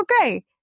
okay